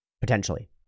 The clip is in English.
Potentially